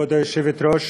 כבוד היושבת-ראש,